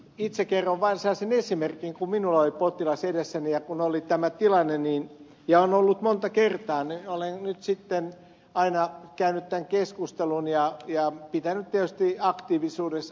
itse kerron vain sellaisen esimerkin että kun minulla on ollut potilas edessäni ja kun on ollut tämä tilanne ja on ollut monta kertaa olen nyt sitten aina käynyt tämän keskustelun ja pitänyt tietysti aktiivisesti mielessä tämän asian